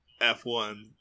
F1